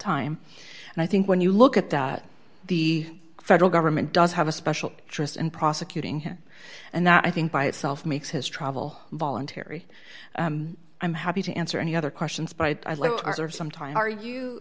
time and i think when you look at that the federal government does have a special interest in prosecuting him and that i think by itself makes his travel voluntary i'm happy to answer any other questions by some time are